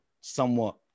somewhat